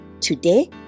Today